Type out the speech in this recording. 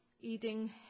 eating